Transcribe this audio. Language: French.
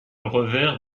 revers